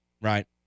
right